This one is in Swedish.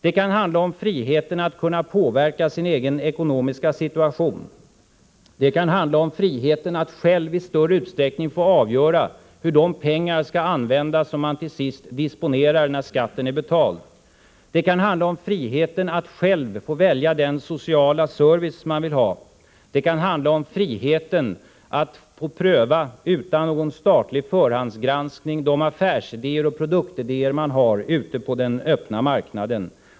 Det kan handla om friheten att påverka sin egen ekonomiska situation. Det kan handla om friheten att själv i större utsträckning få avgöra hur de pengar man disponerar när skatten är betald skall användas. Det kan handla om friheten att själv få välja den sociala service man vill ha. Det kan handla om friheten att utan någon statlig förhandsgranskning få pröva egna affärsoch produktidéer ute på den öppna marknaden.